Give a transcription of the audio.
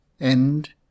End